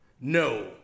No